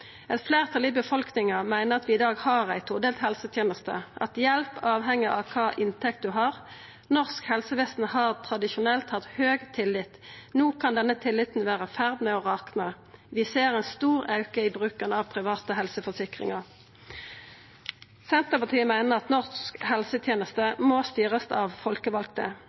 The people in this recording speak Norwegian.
Eit fleirtal i befolkninga meiner at vi i dag har ei todelt helseteneste, at hjelp avheng av kva inntekt ein har. Norsk helsevesen har tradisjonelt hatt høg tillit. No kan denne tilliten vera i ferd med å rakna. Vi ser ein stor auke i bruken av private helseforsikringar. Senterpartiet meiner at norsk helseteneste må styrast av folkevalde,